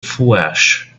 flesh